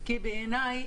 בעיניי,